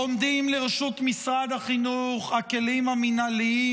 עומדים לרשות משרד החינוך הכלים המינהליים